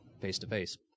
face-to-face